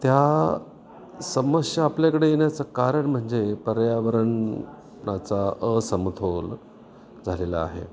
त्या समस्या आपल्याकडे येण्याचं कारण म्हणजे पर्यावरणण याचा असमतोल झालेला आहे